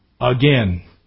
Again